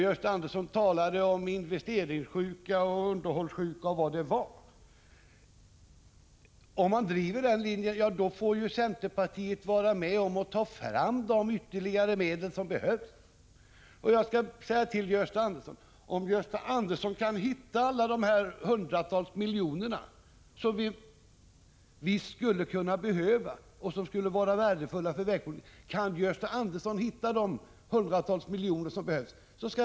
Gösta Andersson talade om investeringssjuka, underhållssjuka m.m. Om man i centerpartiet driver den linjen måste man vara med om att ta fram de ytterligare medel som behövs. Om Gösta Andersson kan hitta alla de hundratals miljonerna som skulle behövas och vara värdefulla för vägpolitiken skall jag stödja honom.